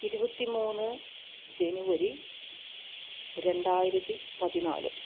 ഇരുപത്തി മൂന്ന് ജെനുവരി രണ്ടായിരത്തി പതിനാല്